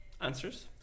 answers